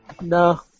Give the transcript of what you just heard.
No